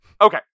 Okay